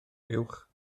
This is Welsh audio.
fuwch